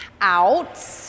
out